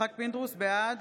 בעד